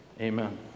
amen